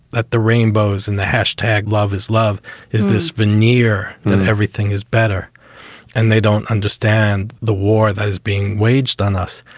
that the rainbows and the hashtag love is love is this veneer, that everything is better and they don't understand the war that is being waged on us.